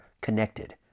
connected